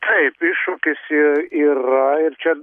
taip iššūkis i yra ir čia